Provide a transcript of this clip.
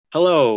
Hello